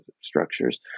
structures